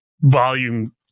volume